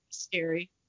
scary